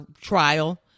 trial